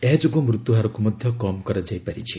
ଏହାଯୋଗୁଁ ମୃତ୍ୟୁହାରକୁ ମଧ୍ୟ କମ୍ କରାଯାଇପାରିଛି